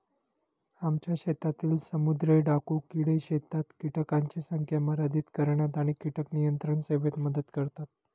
आमच्या शेतातील समुद्री डाकू किडे शेतात कीटकांची संख्या मर्यादित करण्यात आणि कीटक नियंत्रण सेवेत मदत करतात